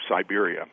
Siberia